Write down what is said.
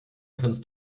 kannst